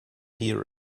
hear